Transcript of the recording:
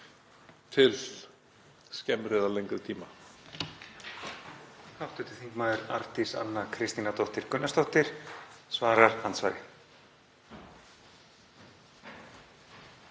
til skemmri eða lengri tíma.